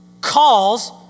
calls